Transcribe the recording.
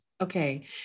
Okay